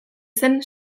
zen